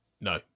no